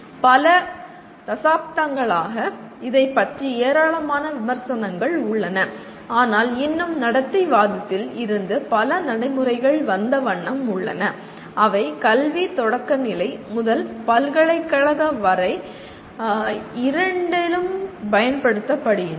பல தசாப்தங்களாக இதைப் பற்றி ஏராளமான விமர்சனங்கள் உள்ளன ஆனால் இன்னும் நடத்தைவாதத்தில் இருந்து பல நடைமுறைகள் வந்த வண்ணம் உள்ளன அவை கல்விதொடக்கநிலை முதல் பல்கலைக்கழக வகை வரை இரண்டிலும் பயன்படுத்தப்படுகின்றன